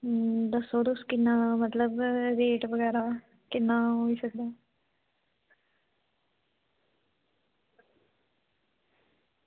दस्सो तुस किन्ना मतलब रेट बगैरा किन्ना होई सकदा